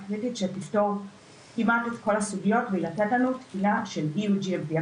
קריטית שתפתור כמעט את כל הסוגיות והיא לתת לנו תקינה של eugfb.